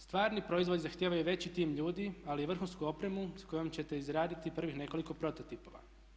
Stvarni proizvodi zahtijevaju veći tim ljudi, ali i vrhunsku opremu sa kojom ćete izraditi prvih nekoliko prototipova.